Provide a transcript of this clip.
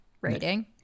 rating